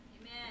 Amen